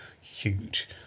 Huge